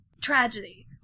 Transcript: tragedy